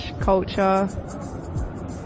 culture